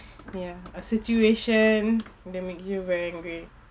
ya a situation that make you very angry